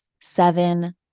seven